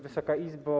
Wysoka Izbo!